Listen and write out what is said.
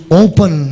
open